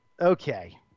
okay